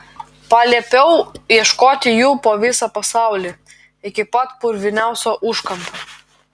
paliepiau ieškoti jų po visą pasaulį iki pat purviniausio užkampio